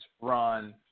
run